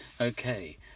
Okay